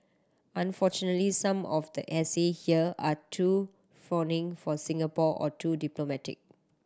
unfortunately some of the essay here are too fawning for Singapore or too diplomatic